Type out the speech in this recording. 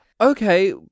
Okay